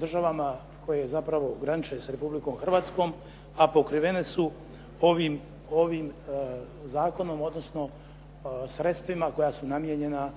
državama koje zapravo graniče sa Republikom Hrvatskom, a pokrivene su ovim zakonom odnosno sredstvima koja su namijenjena